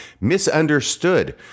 misunderstood